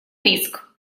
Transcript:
риск